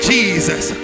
Jesus